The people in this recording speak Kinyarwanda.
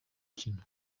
rukino